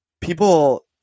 people